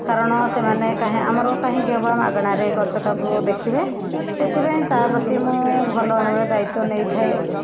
କାରଣ ସେମାନେ କାହିଁ ଆମର କାହିଁକି ଅବା ମାଗଣାରେ ଗଛଟାକୁ ଦେଖିବେ ସେଥିପାଇଁ ତା ପ୍ରତି ମୁଁ ଭଲ ଭାବରେ ଦାୟିତ୍ଵ ନେଇଥାଏ